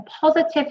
positive